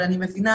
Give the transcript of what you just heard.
אבל אני מבינה,